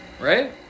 Right